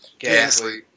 Gasly